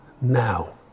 now